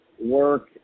work